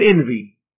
envy